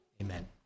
Amen